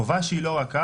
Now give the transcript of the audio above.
חובה שהיא לא רכה,